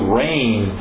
rain